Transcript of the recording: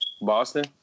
Boston